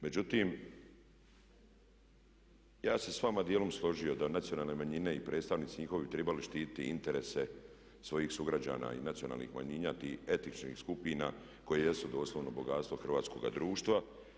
Međutim, ja bih se s vama dijelom složio da nacionalne manjine i predstavnici njihovi bi trebali štititi interese svojih sugrađana i nacionalnih manjina tih etničkih skupina koje jesu doslovno bogatstvo hrvatskoga društva.